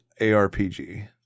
ARPG